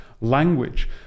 language